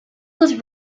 was